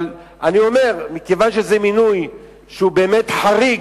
אבל אני אומר: מכיוון שזה מינוי שהוא באמת חריג,